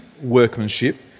workmanship